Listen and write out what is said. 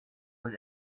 was